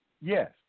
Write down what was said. Yes